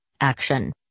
Action